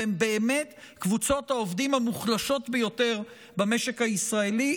והם באמת מקבוצות העובדים המוחלשות ביותר במשק הישראלי,